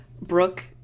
Brooke